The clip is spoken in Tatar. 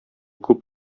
күп